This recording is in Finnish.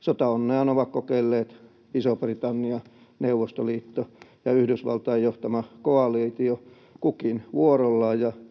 Sotaonneaan ovat kokeilleet Iso-Britannia, Neuvostoliitto ja Yhdysvaltain johtama koalitio kukin vuorollaan